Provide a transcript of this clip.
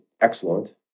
Excellent